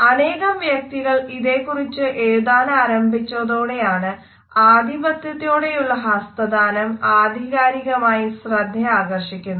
അനേകം വ്യക്തികൾ ഇതേക്കുറിച്ചു എഴുതാനാരംഭിച്ചതോടെയാണ് അധിപത്യത്തോടെയുള്ള ഹസ്തദാനം ആധികാരികമായി ശ്രദ്ധയാകർഷിക്കുന്നത്